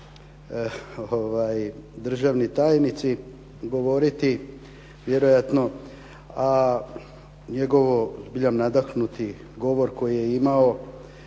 državni tajnici govoriti vjerojatno, a njegov zbilja nadahnuti govor koji je imao